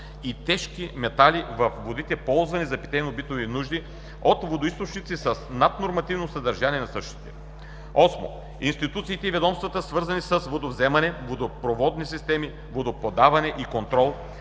и тежки метали във водите ползвани за питейно-битови нужди от водоизточници с над нормативни съдържания на същите. VIII. Институциите и ведомства, свързани с водовземане, водопроводни системи, водоподаване и контрол